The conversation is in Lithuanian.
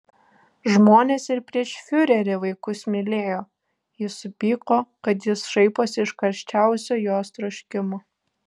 žmonės ir prieš fiurerį vaikus mylėjo ji supyko kad jis šaiposi iš karščiausio jos troškimo